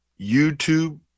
YouTube